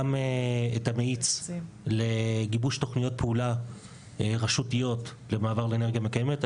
גם את המאיץ לגיבוש תוכניות פעולה רשותיות למעבר לאנרגיה מקיימת,